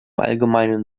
allgemeinen